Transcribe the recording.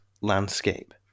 landscape